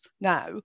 now